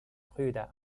brüder